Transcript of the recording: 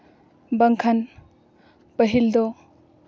ᱵᱟᱝᱠᱷᱟᱱ ᱯᱟᱹᱦᱤᱞ ᱫᱚ